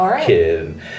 kid